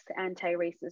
anti-racist